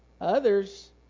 Others